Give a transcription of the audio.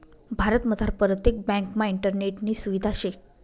भारतमझार परतेक ब्यांकमा इंटरनेटनी सुविधा शे